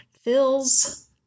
fills